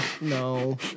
No